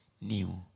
new